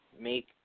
Make